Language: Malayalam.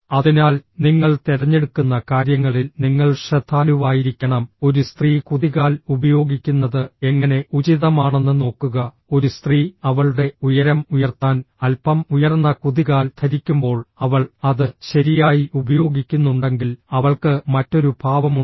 അതിനാൽ നിങ്ങൾ തിരഞ്ഞെടുക്കുന്ന കാര്യങ്ങളിൽ നിങ്ങൾ ശ്രദ്ധാലുവായിരിക്കണം ഒരു സ്ത്രീ കുതികാൽ ഉപയോഗിക്കുന്നത് എങ്ങനെ ഉചിതമാണെന്ന് നോക്കുക ഒരു സ്ത്രീ അവളുടെ ഉയരം ഉയർത്താൻ അല്പം ഉയർന്ന കുതികാൽ ധരിക്കുമ്പോൾ അവൾ അത് ശരിയായി ഉപയോഗിക്കുന്നുണ്ടെങ്കിൽ അവൾക്ക് മറ്റൊരു ഭാവമുണ്ട്